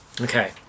Okay